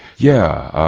yeah,